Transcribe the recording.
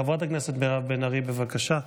חברת הכנסת מירב בן ארי, בבקשה.